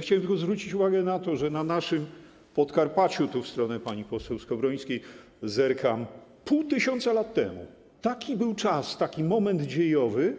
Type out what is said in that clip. Chciałem tylko zwrócić uwagę na to, że na naszym Podkarpaciu - tu zerkam w stronę pani poseł Skowrońskiej - pół tysiąca lat temu był taki czas, taki moment dziejowy,